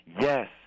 Yes